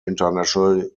international